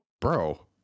bro